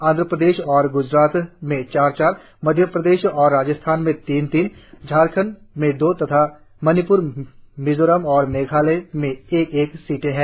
आंध्र प्रदेश और ग्जरात में चार चार मध्य प्रदेश और राजस्थान में तीन तीन झारखंड में दो तथा मणिप्र मिजोरम और मेघालय में एक एक सीटें हैं